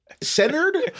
centered